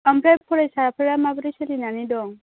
आमफ्राइ फरायसाफ्रा माबोरै बादि सोलिनानै दं